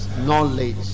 knowledge